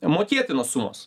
mokėtinos sumos